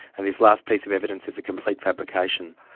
and this last piece of evidence is a complete fabrication.